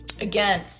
Again